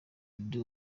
ndi